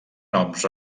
noms